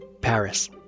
Paris